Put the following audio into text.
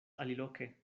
aliloke